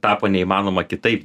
tapo neįmanoma kitaip